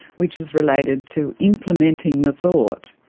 which is related to implementing the thought,